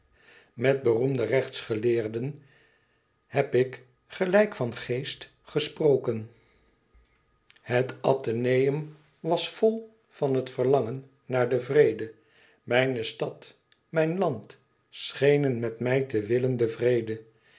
met beroemde rechtsgeleerden heb ik gelijk van geest gesproken het atheneum was vl van het verlangen naar den vrede mijne stad mijn land schenen met mij te willen den vrede